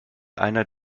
einer